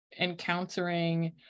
encountering